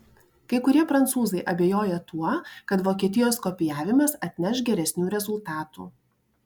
kai kurie prancūzai abejoja tuo kad vokietijos kopijavimas atneš geresnių rezultatų